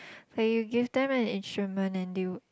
but you give them an instrument and they will